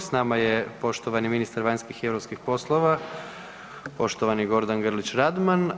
S nama je poštovani ministar vanjskih i europskih poslova poštovani Gordan Grlić Radman.